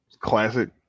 Classic